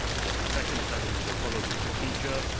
this is the second time we will have followed this procedure,